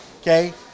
Okay